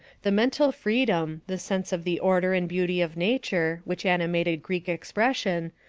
the mental freedom, the sense of the order and beauty of nature, which animated greek expression,